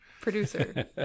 Producer